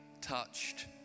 touched